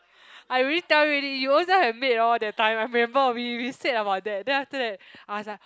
I already tell you already you ownself have maid lor that time I remember we we said about that then after that I was like